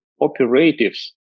operatives